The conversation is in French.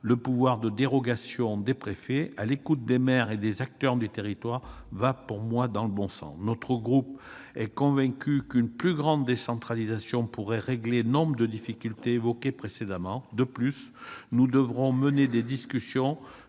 le pouvoir de dérogation des préfets, à l'écoute des maires et des acteurs du territoire, va dans le bon sens. Mon groupe est convaincu qu'une plus grande décentralisation pourrait régler nombre de difficultés évoquées précédemment. De plus, nous devrons mener des discussions